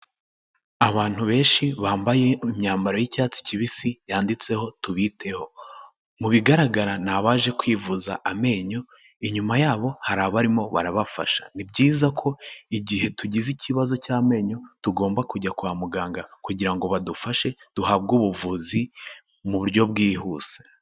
Abantu benshi bambaye imyambaro y'icyatsi kibisi yanditseho tubiteho, mu bigaragara ni abaje kwivuza amenyo, inyuma yabo hari abarimo barabafasha, ni byiza ko igihe tugize ikibazo cy'amenyo tugomba kujya kwa muganga kugira ngo badufashe duhabwe ubuvuzi mu buryo bwihuse.